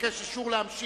במקום שר המשפטים.